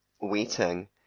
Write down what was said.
waiting